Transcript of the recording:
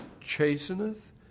chasteneth